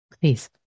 please